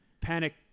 panic